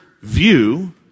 view